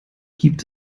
gibt